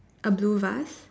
a blue vase